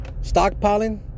Stockpiling